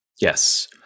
Yes